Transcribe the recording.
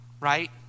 Right